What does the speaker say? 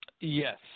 Yes